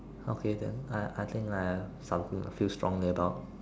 okay then uh I I think I have something I feel strongly about